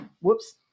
whoops